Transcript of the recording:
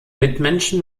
mitmenschen